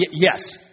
yes